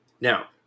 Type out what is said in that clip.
now